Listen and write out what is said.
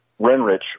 Renrich